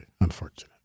unfortunate